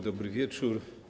Dobry wieczór.